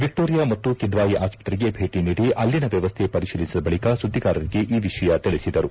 Victoria ಮತ್ತು ಕಿದ್ವಾಯಿ ಆಸ್ಪತ್ರೆಗೆ ಭೇಟಿ ನೀಡಿ ಅಲ್ಲಿನ ವ್ಯವಸ್ಥೆ ಪರಿಶೀಲಿಸಿದ ಬಳಿಕ ಸುದ್ದಿಗಾರರಿಗೆ ಈ ವಿಷಯ ತಿಳಿಸಿದರು